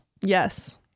Yes